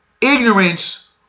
ignorance